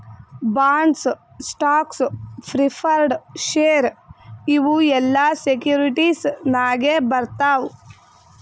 bonds, stocks, preferred share ಇವು ಎಲ್ಲಾ securities ನಾಗೆ ಬರ್ತಾವ್